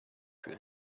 plus